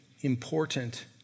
important